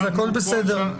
הכול בסדר.